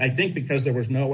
i think because there was no